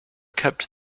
kept